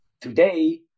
today